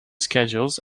schedules